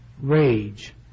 rage